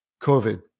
COVID